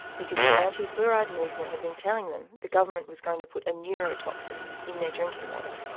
because the anti-fluoride movement had been telling them the government was going to put a neurotoxin in their drinking water.